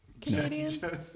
Canadian